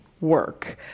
work